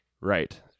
right